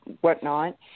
whatnot